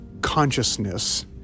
consciousness